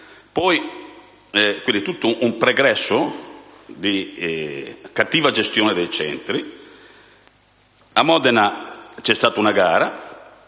quindi tutto un pregresso di cattiva gestione dei centri. A Modena c'è stata una gara: